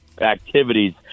activities